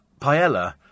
Paella